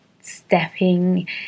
stepping